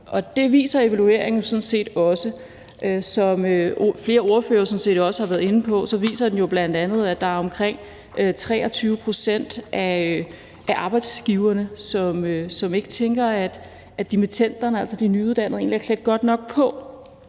Det viser evalueringen sådan set også. Som flere ordførere også har været inde på, viser den jo bl.a., at omkring 23 pct. af arbejdsgiverne tænker, at dimittenderne egentlig er klædt godt nok på